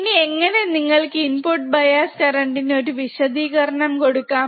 ഇനി എങ്ങനെ നിങ്ങൾക് ഇൻപുട് ബയാസ് കറന്റ്ണ് ഒരു വിശദീകരണം കൊടുകാം